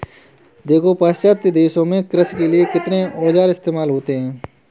देखो पाश्चात्य देशों में कृषि के लिए कितने औजार इस्तेमाल होते हैं